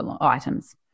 items